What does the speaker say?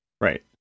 Right